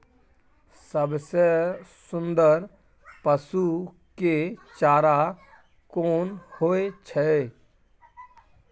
सबसे सुन्दर पसु के चारा कोन होय छै?